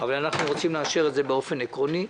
אבל אנחנו רוצים לאשר את זה באופן עקרוני.